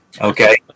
Okay